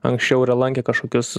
anksčiau yra lankę kažkokius